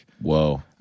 Whoa